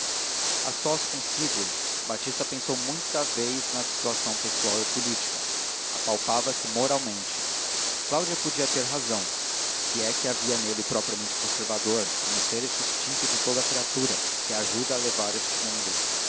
a sós consigo batista pensou muita vez na situação pessoal e política apalpava se moralmente cláudia podia ter razão que é que havia nele propriamente conservador a não ser esse instinto de toda criatura que a ajuda a levar este mundo